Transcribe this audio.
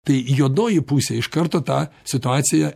tai juodoji pusė iš karto tą situaciją